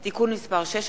הבנייה למגורים (הוראת שעה),